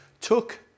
took